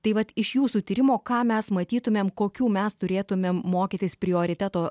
tai vat iš jūsų tyrimo ką mes matytumėme kokių mes turėtumėm mokytis prioriteto